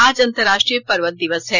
आज अंतरराष्ट्रीय पर्वत दिवस है